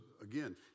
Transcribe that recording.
again